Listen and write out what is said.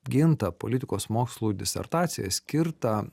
apgintą politikos mokslų disertaciją skirtą